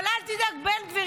אבל אל תדאג, בן גביר.